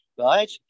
right